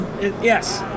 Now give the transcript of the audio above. yes